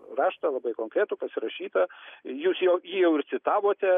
raštą labai konkretų pasirašytą jūs jau jį jau ir citavote